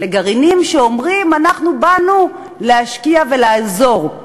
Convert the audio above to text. לגרעינים שאומרים: אנחנו באנו להשקיע ולעזור,